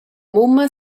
mumma